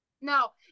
No